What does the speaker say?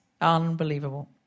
Unbelievable